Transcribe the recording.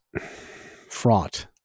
fraught